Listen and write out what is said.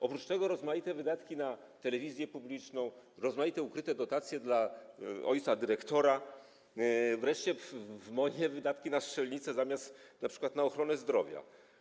Oprócz tego są rozmaite wydatki na telewizję publiczną, rozmaite ukryte dotacje dla ojca dyrektora, wreszcie wydatki w MON-ie na strzelnice - zamiast wydatków np. na ochronę zdrowia.